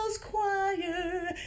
choir